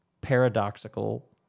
paradoxical